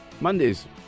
Monday's